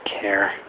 care